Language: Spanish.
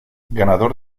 ganador